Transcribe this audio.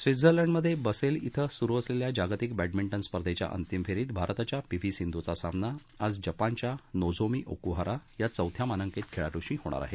स्वित्झर्लंडमध्ये बसेल इथं सुरू असलेल्या जागतिक बद्धभिंटन स्पर्धेच्या अंतिम फेरीत भारताच्या पी व्ही सिंधूचा सामना आज जपानच्या नोझोमी ओकुहारा या चौथ्या मानांकित खेळाडूशी होणार आहे